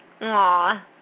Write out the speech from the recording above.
Aww